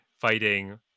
fighting